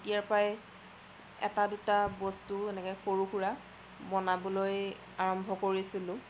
তেতিয়াৰ পৰাই এটা দুটা বস্তু এনেকৈ সৰু সুৰা বনাবলৈ আৰম্ভ কৰিছিলোঁ